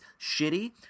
shitty